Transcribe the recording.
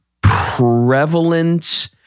prevalent